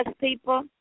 people